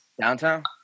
Downtown